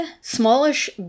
smallish